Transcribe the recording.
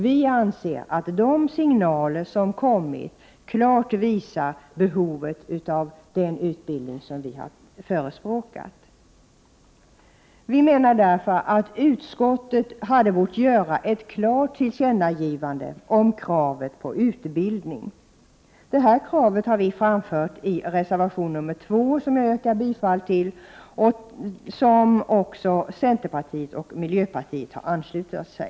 Vi anser att de signaler som kommit klart visar behovet av den utbildning som vi har förespråkat. Vi menar därför att utskottet hade bort göra ett klart tillkännagivande om kravet på utbildning. Detta krav har vi framfört i reservation 2, som jag yrkar bifall till och till vilken också centerpartiet och miljöpartiet anslutit sig.